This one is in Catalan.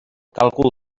càlcul